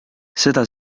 seda